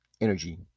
energy